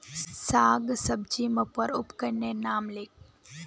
साग सब्जी मपवार उपकरनेर नाम लिख?